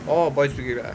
orh boys' brigade